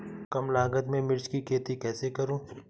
कम लागत में मिर्च की खेती कैसे करूँ?